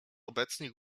obecni